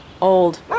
Old